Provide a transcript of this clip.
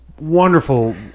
wonderful